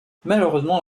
malheureusement